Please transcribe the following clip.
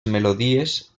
melodies